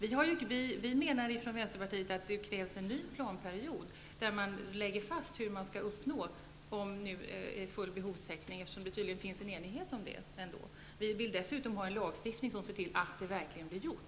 Vi menar från vänsterpartiet att det krävs en ny planperiod, i vilken vi lägger fast hur vi skall uppnå full behovstäckning. Det finns ju tydligen ändå en enighet om detta. Vi vill dessutom ha en lagstiftning som ser till att detta verkligen blir gjort.